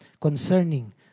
concerning